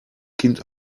kind